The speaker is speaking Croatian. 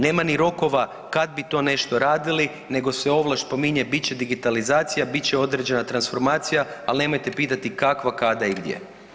Nema niti rokova kada bi to nešto radili, nego se ovlaš spominje bit će digitalizacija, bit će određena transformacija ali nemojte pitati kakva, kada i gdje.